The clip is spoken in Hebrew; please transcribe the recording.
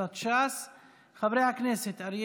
קבוצת המסתייגים הראשונה היא קבוצת סיעת הליכוד: חברי הכנסת בנימין